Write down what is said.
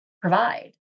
provide